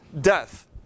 death